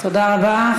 תודה רבה.